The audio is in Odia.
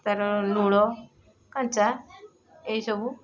ତାର ଲୁଣ କଞ୍ଚା ଏସବୁ